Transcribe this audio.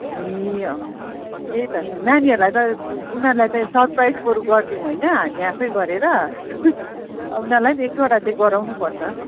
ए अँ त्यही त नानीहरूलाई त उनीरूलाई त सर्प्राइज बरु गरिदिउँ होइन हामी आफै गरेर अब उनीहरूलाई पनि एक दुईवटा चाहिँ गराउनुपर्छ